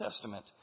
Testament